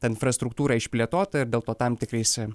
ta infrastruktūra išplėtota ir dėl to tam tikrais